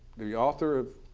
the author of